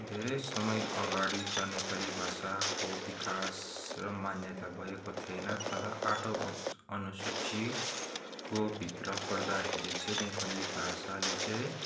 धेरै समय अगाडि त नेपाली भाषाको विकास र मान्यता भएको थिएन तर आठौँ अनुसूचिको भित्र पर्दाखेरि चाहिँ नेपाली भाषाले चाहिँ